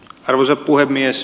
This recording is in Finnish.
arvoisa puhemies